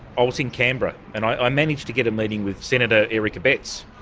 i was in canberra and i managed to get a meeting with senator eric abetz,